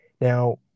Now